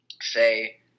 say